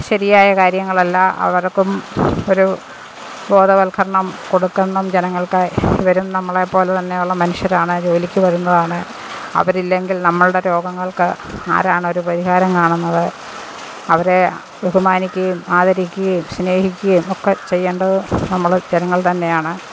ശരിയായ കാര്യങ്ങളല്ല അവർക്കും ഒരു ബോധവൽക്കരണം കൊടുക്കണം ജനങ്ങൾക്കായി ഇവരും നമ്മളെപ്പോലെ തന്നെ ഉള്ള മനുഷ്യരാണ് ജോലിക്ക് വരുന്നതാണ് അവരില്ലെങ്കിൽ നമ്മളുടെ രോഗങ്ങൾക്ക് ആരാണൊരു പരിഹാരം കാണുന്നത് അവരെ ബഹുമാനിക്കുകയും ആദരിക്കുകയും സ്നേഹിക്കുകയും ഒക്കെ ചെയ്യേണ്ടത് നമ്മൾ ജനങ്ങൾ തന്നെയാണ്